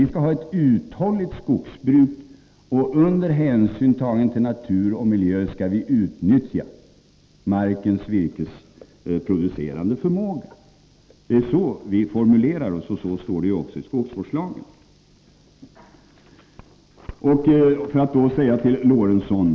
Vi skall ha ett uthålligt skogsbruk, och under hänsyn tagen till natur och miljö skall vi utnyttja markens virkesproducerande förmåga. Det är så vi formulerar oss, och så står det också i skogsvårdslagen. Låt mig sedan säga några ord till Lorentzon.